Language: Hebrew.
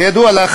כידוע לך,